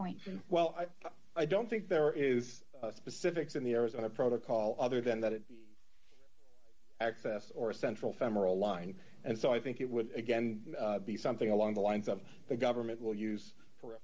going well i don't think there is specific in the arizona protocol other than that it access or a central femoral line and so i think it would again be something along the lines of the government will use for